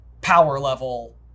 power-level